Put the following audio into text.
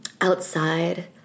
outside